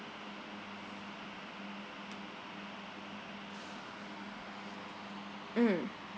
mm